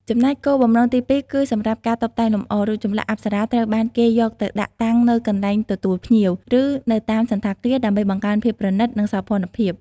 ចំណែកគោលបំណង ទីពីរ គឺសម្រាប់ ការតុបតែងលម្អ រូបចម្លាក់អប្សរាត្រូវបានគេយកទៅដាក់តាំងនៅកន្លែងទទួលភ្ញៀវ ឬនៅតាមសណ្ឋាគារ ដើម្បីបង្កើនភាពប្រណិត និងសោភ័ណភាព។